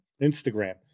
Instagram